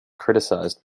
criticized